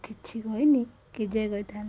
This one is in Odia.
କିଛି କହିନି କେଯାଏ କହିଥାନ୍ତି